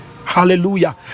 Hallelujah